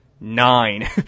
nine